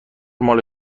مال